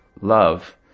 love